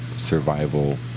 survival